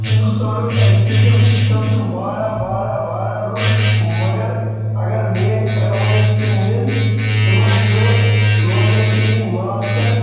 ہِندُستانُک education system چھُ واریاہ واریاہ واریاہ رُت مگر اگر میٛٲنۍ ایڈوایس تِم نِن تِمَن چھِ لوکیلٹی ہِنٛدۍ ماسٹَر